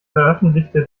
veröffentlichte